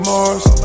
Mars